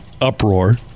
uproar